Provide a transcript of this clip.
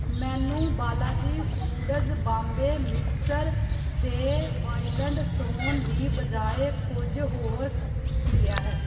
ਮੈਨੂੰ Balaji Foods Bombay mixture ਦੇ Wild Stone ਦੀ ਬਜਾਏ ਕੁਝ ਹੋਰ ਮਿਲਿਆ ਹੈ